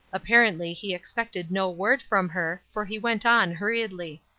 apparently he expected no word from her for he went on hurriedly